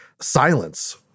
silence